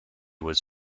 was